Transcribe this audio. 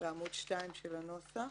בעמוד 2 של הנוסח: